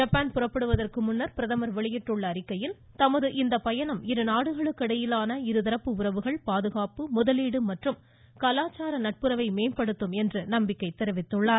ஜப்பானிற்கு புறப்படுவதற்கு முன்னா் பிரதமா் வெளியிட்டுள்ள அறிக்கையில் தமது இப்பயணம் இருநாடுகளுக்கு இடையிலான இருதரப்பு உறவுகள் பாதுகாப்பு முதலீடு மற்றும் கலாச்சார நட்புறவை மேம்படுத்தும் என்று நம்பிக்கை தெரிவித்துள்ளார்